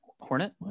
Hornet